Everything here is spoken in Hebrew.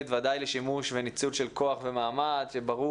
בוודאי לשימוש וניצול של כוח ומעמד שברור